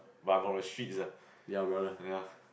ya brother